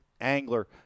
angler